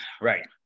Right